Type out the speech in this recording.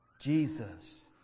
Jesus